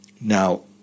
Now